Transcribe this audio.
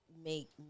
Make